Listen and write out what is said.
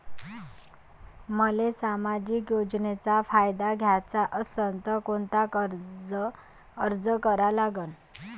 मले सामाजिक योजनेचा फायदा घ्याचा असन त कोनता अर्ज करा लागन?